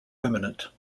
remnant